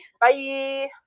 Bye